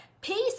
peace